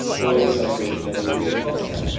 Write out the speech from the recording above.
one example of many would be health care,